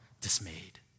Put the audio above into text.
dismayed